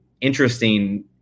interesting